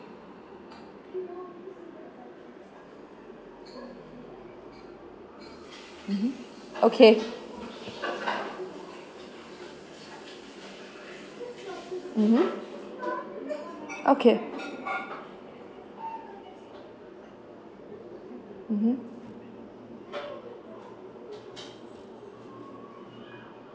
mmhmm okay mmhmm okay mmhmm